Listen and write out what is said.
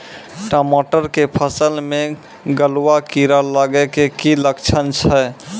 टमाटर के फसल मे गलुआ कीड़ा लगे के की लक्छण छै